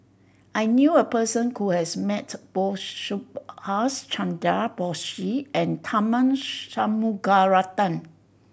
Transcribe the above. I knew a person who has met both Subhas Chandra Bose and Tharman Shanmugaratnam